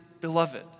beloved